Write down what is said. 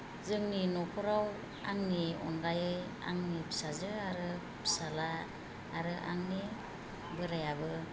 जोंनि नखराव आंनि अनगायै आंनि फिसाजो आरो फिसाला आरो आंनि बोराइयाबो